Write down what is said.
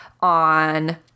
on